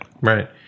right